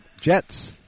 Jets